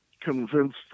convinced